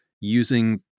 using